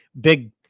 big